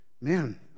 Man